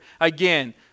Again